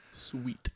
sweet